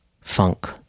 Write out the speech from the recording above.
funk